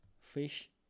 fish